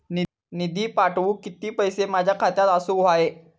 निधी पाठवुक किती पैशे माझ्या खात्यात असुक व्हाये?